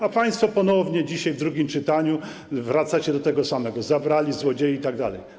A państwo ponownie dzisiaj w drugim czytaniu, wracacie do tego samego - zabrali, złodzieje itd.